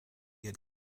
had